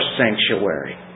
sanctuary